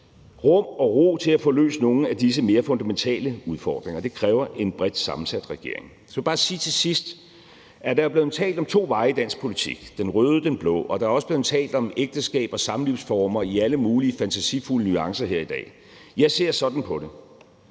rum og ro til at få løst nogle af disse mere fundamentale udfordringer. Det kræver en bredt sammensat regering. Så vil jeg bare sige til sidst, at der er blevet talt om to veje i dansk politik, nemlig den røde og den blå. Der er også blevet talt om ægteskab og samlivsformer i alle mulige fantasifulde nuancer her i dag. Jeg ser sådan på det,